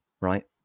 right